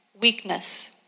weakness